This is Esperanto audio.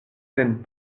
sen